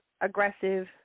aggressive